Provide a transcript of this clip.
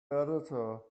editor